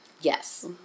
Yes